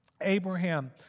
Abraham